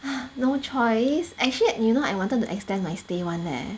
!huh! no choice actually you know I wanted to extend my stay [one] leh